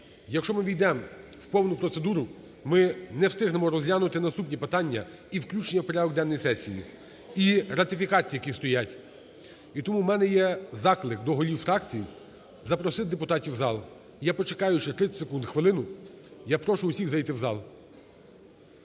Якщо ми увійдемо в повну процедуру, ми не встигнемо розглянути наступні питання і включення в порядок денний сесії, і ратифікації, які стоять. І тому у мене є заклик до голів фракцій запросити депутатів в зал. Я почекаю ще 30 секунд, хвилину. Я прошу всіх зайти в зал,